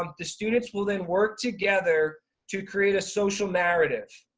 um the students will then work together to create a social narrative.